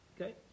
Okay